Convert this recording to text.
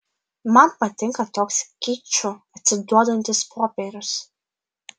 man patinka toks kiču atsiduodantis popierius